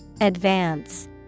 Advance